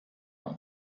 nach